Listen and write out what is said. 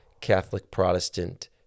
Catholic-Protestant